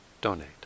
donate